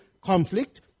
conflict